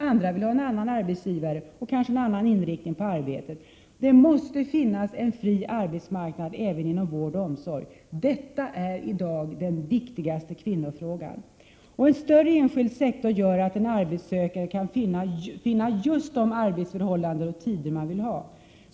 Andra vill ha en annan arbetsgivare och kanske en annan inriktning på arbetet. Det måste finnas en fri arbetsmarknad även inom vård och omsorg. Detta är i dag den viktigaste kvinnofrågan! En större enskild sektor gör att en arbetssökande kan finna just de arbetsförhållanden och tider vederbörande vill ha.